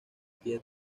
pie